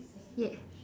ya